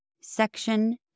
Section